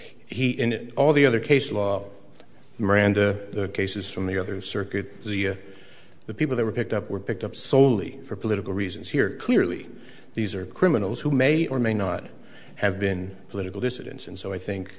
in all the other case law miranda cases from the other circuit the the people that were picked up were picked up soley for political reasons here clearly these are criminals who may or may not have been political dissidents and so i think